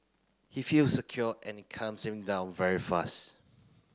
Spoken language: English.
he feels secure and it calms him down very fast